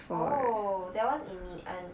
orh that one in ngee ann